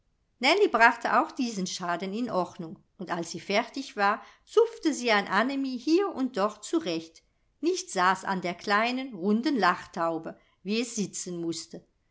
nellie brachte auch diesen schaden in ordnung und als sie fertig war zupfte sie an annemie hier und dort zurecht nichts saß an der kleinen runden lachtaube wie es sitzen mußte